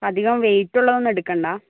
അധികം വെയിറ്റുള്ളതൊന്നും എടുക്കണ്ട